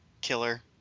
Killer